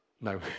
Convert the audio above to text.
No